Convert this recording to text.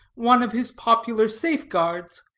one of his popular safe-guards,